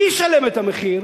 מי ישלם את המחיר?